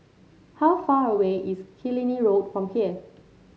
how far away is Killiney Road from here